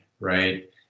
right